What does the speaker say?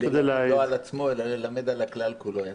ללמד לא על עצמו, אלא ללמד על הכלל כולו יצא.